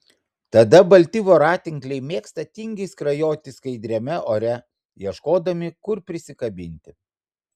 tada balti voratinkliai mėgsta tingiai skrajoti skaidriame ore ieškodami kur prisikabinti